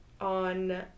on